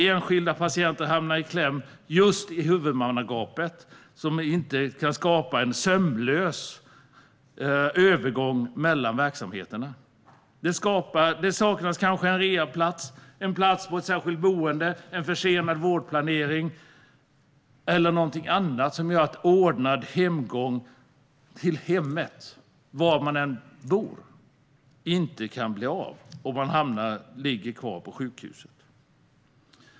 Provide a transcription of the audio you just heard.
Enskilda patienter hamnar i kläm just i huvudmannagapet eftersom man inte kan skapa en sömlös övergång mellan verksamheterna. Det saknas kanske en rehabplats, en plats på ett särskilt boende, en vårdplanering eller någonting annat som gör att ordnad utskrivning till hemmet inte kan bli av. Därför ligger man kvar på sjukhuset.